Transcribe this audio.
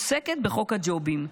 עוסקת בחוק הג'ובים,